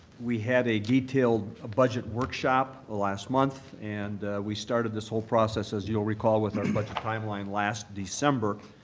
we had a detailed budget workshop last month and we started this whole process, as you'll recall, with our budget timeline last december.